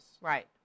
Right